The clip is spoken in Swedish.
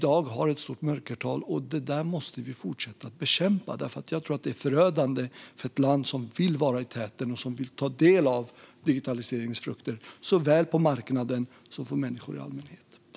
Detta måste vi fortsätta att bekämpa, för jag tror att det är förödande för ett land som vill vara i täten och vill ta del av digitaliseringens frukter, såväl på marknaden som för människor i allmänhet.